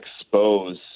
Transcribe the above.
expose